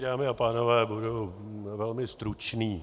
Dámy a pánové, budu velmi stručný.